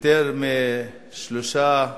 יותר משלושה עשורים,